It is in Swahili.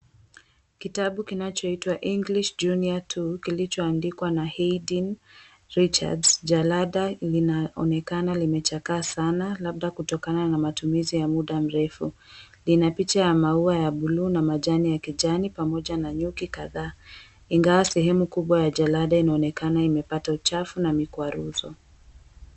Kitabu kinachoitwa "English Junior Two" kilichoandikwa na "Haydn Richards". Jalada linaonekana limechakaa sana labda kutokana na matumizi ya muda mrefu. Lina picha ya maua ya buluu na majani ya kijani pamoja na nyuki kadhaa. Ingawa sehemu kubwa ya jalada inaonekana imepata uchafu na mikwaruzo.